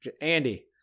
Andy